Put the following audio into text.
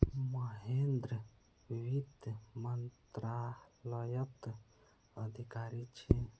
महेंद्र वित्त मंत्रालयत अधिकारी छे